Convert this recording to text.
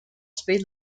speed